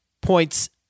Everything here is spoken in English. points